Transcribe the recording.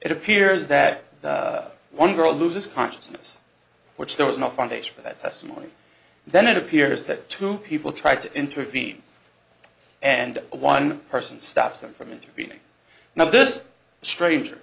it appears that one girl loses consciousness which there was no foundation for that testimony then it appears that two people tried to intervene and one person stops them from intervening now this stranger